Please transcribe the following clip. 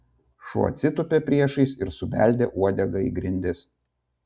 šuo atsitūpė priešais ir subeldė uodega į grindis